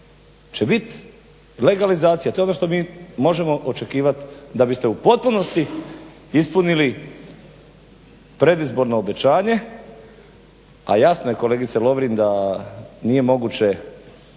će biti legalizacija. To je ono što mi možemo očekivat da biste u potpunosti ispunili predizborno obećanje, a jasno je kolegice Lovrin da nije moguće